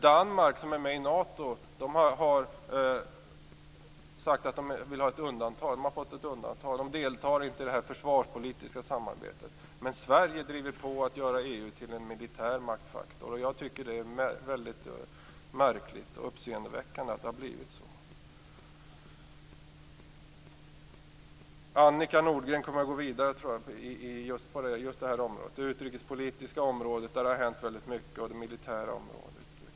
Danmark, som är med i Nato, har fått ett undantag. Landet deltar inte i det försvarspolitiska samarbetet. Men Sverige driver på att göra EU till en militär maktfaktor. Jag tycker att det är uppseendeväckande att det har blivit så. Annika Nordgren kommer att gå vidare inom det här området. Det har hänt mycket på de utrikespolitiska och militära områdena.